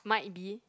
might be